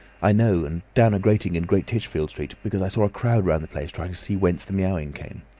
i know, and down a grating in great titchfield street because i saw a crowd round the place, trying to see whence the miaowing came.